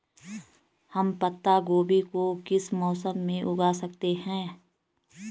हम पत्ता गोभी को किस मौसम में उगा सकते हैं?